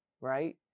right